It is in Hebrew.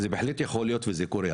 זה בהחלט יכול לקרות וזה קורה,